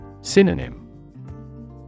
Synonym